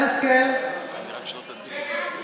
(קוראת בשמות חברי הכנסת)